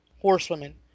horsewomen